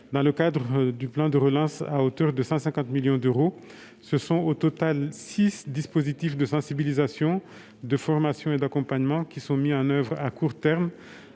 dans le cadre du plan de relance à hauteur de 150 millions d'euros. Au total, six dispositifs de sensibilisation, de formation et d'accompagnement seront mis en oeuvre à court terme